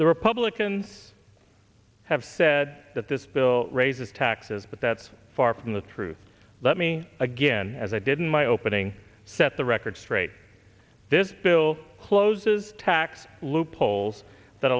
the republicans have said that this bill raises taxes but that's far from the truth let me again as i didn't my opening set the record straight this bill closes tax loopholes that